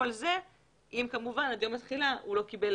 כל זה אם כמובן עד יום התחילה הוא לא קיבל